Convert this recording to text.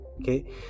okay